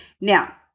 Now